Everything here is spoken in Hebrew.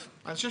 אני חושב